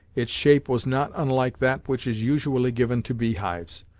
its shape was not unlike that which is usually given to beehives,